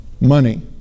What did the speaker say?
money